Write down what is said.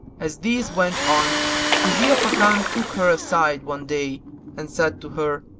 as this went on kuzia fakan took her aside one day and said to her,